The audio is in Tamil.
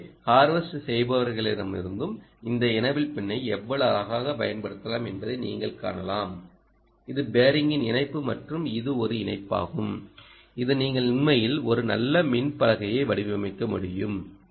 எனவே ஹார்வெஸ்ட் செய்பவர்களிடமிருந்தும் இந்த எனேபிள் பின்னை எவ்வளவு அழகாகப் பயன்படுத்தலாம் என்பதை நீங்கள் காணலாம் இது பேரிங்கின் இணைப்பு மற்றும் இது ஒரு இணைப்பாகும் இதில் நீங்கள் உண்மையில் ஒரு நல்ல மின் பலகையை வடிவமைக்க முடியும்